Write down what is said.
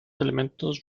elementos